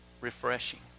Refreshing